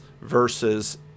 versus